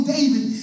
David